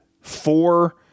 four